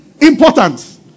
important